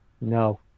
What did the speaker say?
No